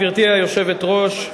גברתי היושבת-ראש,